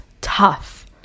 tough